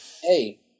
Hey